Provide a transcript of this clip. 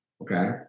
okay